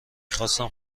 خواستم